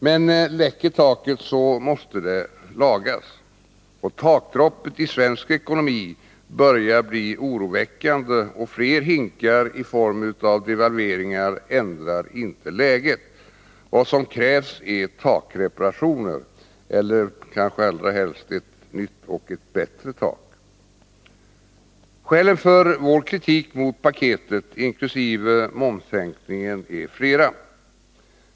Men läcker taket måste det lagas. Takdroppet i svensk ekonomi börjar bli oroväckande, och fler hinkar i form av devalveringar ändrar inte läget. Vad som krävs är takreparationer — eller kanske allra helst ett nytt och bättre tak. Skälen för vår kritik mot paketet, inkl. momssänkningen, är flera.